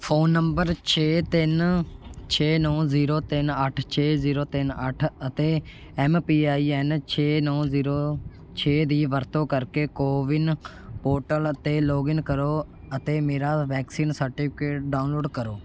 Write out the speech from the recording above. phone number ਛੇ ਤਿੰਨ ਛੇ ਨੌ ਜ਼ੀਰੋ ਤਿੰਨ ਅੱਠ ਛੇ ਜ਼ੀਰੋ ਤਿੰਨ ਅੱਠ ਅਤੇ ਐੱਮ ਪੀ ਆਈ ਐੱਨ ਛੇ ਨੌ ਜ਼ੀਰੋ ਛੇ ਦੀ ਵਰਤੋਂ ਕਰਕੇ ਕੋਵਿਨ ਪੋਰਟਲ 'ਤੇ ਲੌਗਇਨ ਕਰੋ ਅਤੇ ਮੇਰਾ ਵੈਕਸੀਨ ਸਰਟੀਫਿਕੇਟ ਡਾਊਨਲੋਡ ਕਰੋ